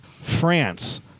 France